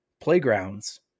playgrounds